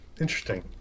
Interesting